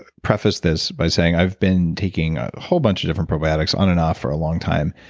ah preface this by saying i've been taking a whole bunch of different probiotics on and off for a long time,